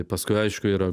paskui aišku yra